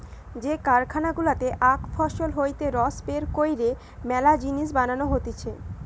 যে কারখানা গুলাতে আখ ফসল হইতে রস বের কইরে মেলা জিনিস বানানো হতিছে